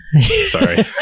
Sorry